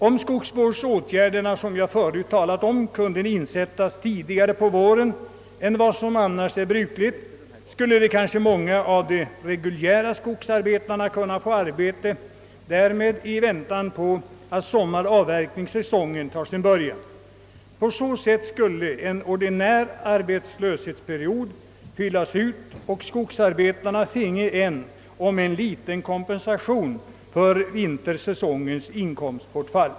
Om de skogsvårdsåtgärder som jag förut berört kunde insättas tidigare på våren än annars är brukligt, skulle kanske många av de fasta skogsarbetarna kunna beredas arbete därmed i väntan på att sommaravverkningssäsongen skall ta sin början. På det sättet skulle en ordinär arbetslöshetsperiod fyllas ut och skogsarbetarna få en, om än liten, kompensation för vintersäsongens inkomstbortfall.